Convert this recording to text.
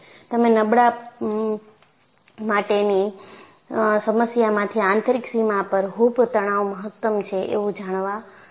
તમે નબળા માટેની સમસ્યામાંથી આંતરિક સીમા પર હૂપ તણાવ મહત્તમ છે એવું જાણવા મળે છે